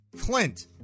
Clint